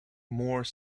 more